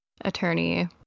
attorney